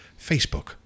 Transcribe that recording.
Facebook